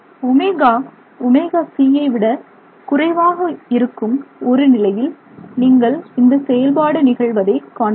omega ω ωc யை விட குறைவாக இருக்கும் ஒரு நிலையில் நீங்கள் இந்த செயல்பாடு நிகழ்வதை காண்பீர்கள்